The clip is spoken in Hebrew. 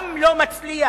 הוא גם לא מצליח